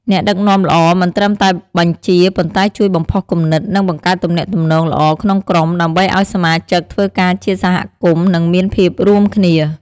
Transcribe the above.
អ្នកដឹកនាំល្អមិនត្រឹមតែបញ្ជា ប៉ុន្តែជួយបំផុសគំនិត និងបង្កើតទំនាក់ទំនងល្អក្នុងក្រុម ដើម្បីឲ្យសមាជិកធ្វើការជាសហគមន៍ និងមានភាពរួមគ្នា។